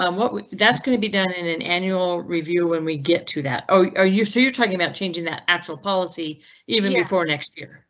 um what that's going to be done in an annual review when we get to that? oh, are you sure you're talking about changing that actual policy even before next year?